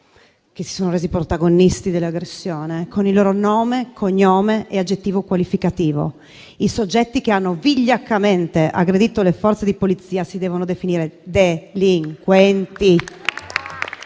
che si sono resi protagonisti dell'aggressione con il loro nome, cognome e aggettivo qualificativo. I soggetti che hanno vigliaccamente aggredito le Forze di polizia si devono definire delinquenti,